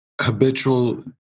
habitual